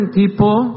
people